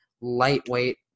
lightweight